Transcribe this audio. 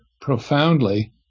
profoundly –